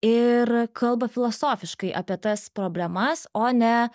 ir kalba filosofiškai apie tas problemas o ne